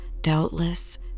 doubtless